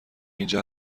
اینجا